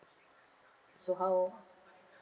so how